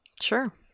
Sure